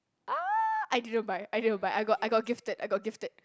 ah I didn't buy I didn't buy I got I got gifted I got gifted